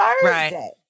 Thursday